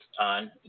on